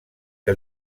que